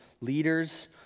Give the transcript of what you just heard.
leaders